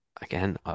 Again